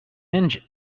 engine